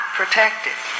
protected